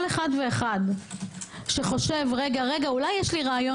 כל אחד ואחד שחושב: אולי יש לי רעיון